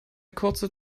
kurze